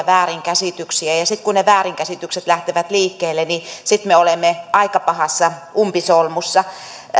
väärinkäsityksiä ja sitten kun ne väärinkäsitykset lähtevät liikkeelle niin me olemme aika pahassa umpisolmussa